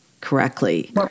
correctly